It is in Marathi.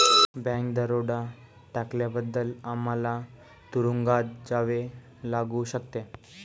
बँक दरोडा टाकल्याबद्दल आम्हाला तुरूंगात जावे लागू शकते